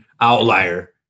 outlier